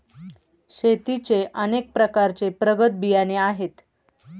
शेतीचे अनेक प्रकारचे प्रगत बियाणे आहेत